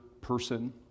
person